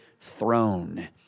throne